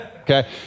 Okay